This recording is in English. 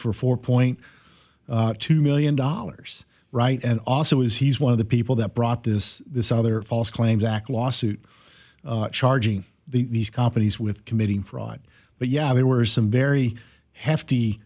for four point two million dollars right and also is he's one of the people that brought this this other false claims act lawsuit charging these companies with committing fraud but yeah there were some very h